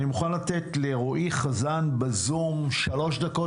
אני מוכן לתת לרועי חזן בזום שלוש דקות,